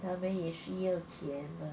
他们也需要钱 mah